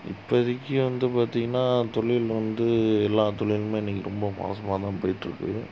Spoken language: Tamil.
இப்போதிக்கி வந்து பார்த்திங்கனா தொழில் வந்து எல்லா தொழிலுமே இன்னைக்கி ரொம்ப மோசமாக தான் போய்ட்டு இருக்குது